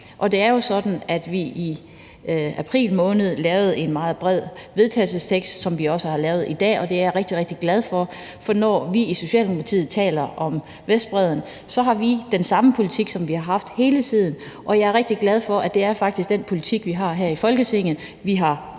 Det er jo sådan, at vi i april måned lavede en meget bred vedtagelsestekst, som vi også har gjort i dag, og det er jeg rigtig, rigtig glad for. For når vi i Socialdemokratiet taler om Vestbredden, har vi den samme politik, som vi har haft hele tiden, og jeg er rigtig glad for, at det faktisk er den politik, vi har i Folketinget, og at